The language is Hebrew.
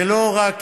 זה לא רק